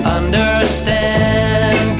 understand